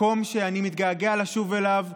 מקום שאני מתגעגע לשוב אליו,